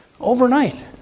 overnight